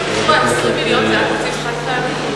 20 מיליון היה תקציב חד-פעמי.